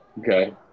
okay